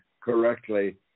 correctly